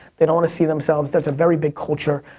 they don't wanna see themselves. that's a very big culture,